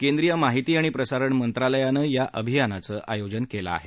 केंद्रीय माहिती आणि प्रसारण मंत्रालयानं या अभियानाचं आयोजन केलं आहे